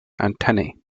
antennae